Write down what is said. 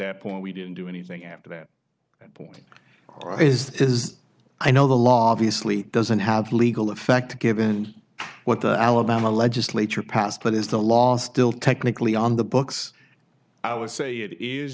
that point we didn't do anything after that point is this is i know the law of the sleet doesn't have legal effect given what the alabama legislature passed but is the law still technically on the books i would say it is